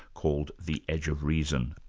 called the edge of reason.